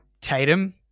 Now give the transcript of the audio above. Tatum